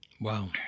Wow